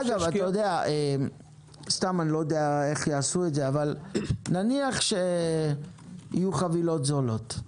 אני לא יודע איך יעשו את זה אבל נניח שיהיו חבילות זולות,